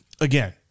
again